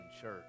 church